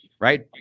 right